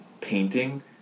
painting